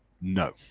no